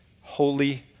holy